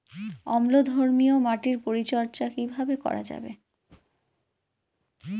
অম্লধর্মীয় মাটির পরিচর্যা কিভাবে করা যাবে?